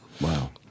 Wow